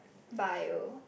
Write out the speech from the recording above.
bio